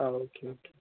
ആ okay okay